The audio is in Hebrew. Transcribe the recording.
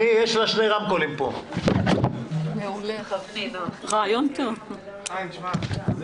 יש לנו הערכה רבה מאוד לפעילות של מד"א ויש גם הסכמים של